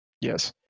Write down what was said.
Yes